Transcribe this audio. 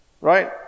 right